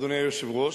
אדוני היושב-ראש,